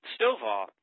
Stovall